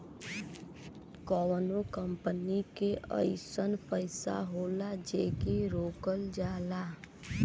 कउनो कंपनी के अइसन पइसा होला जेके रोकल जाला